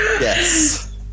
Yes